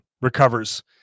recovers